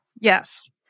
Yes